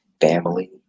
family